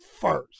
first